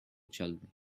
children